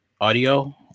audio